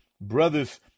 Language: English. brothers